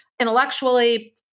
intellectually